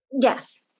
Yes